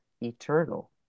eternal